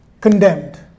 condemned